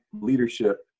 leadership